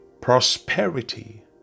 prosperity